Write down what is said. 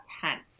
tent